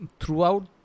throughout